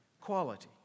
quality